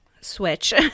switch